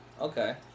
Okay